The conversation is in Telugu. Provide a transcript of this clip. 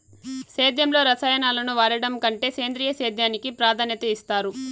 సేద్యంలో రసాయనాలను వాడడం కంటే సేంద్రియ సేద్యానికి ప్రాధాన్యత ఇస్తారు